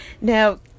Now